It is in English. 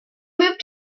moved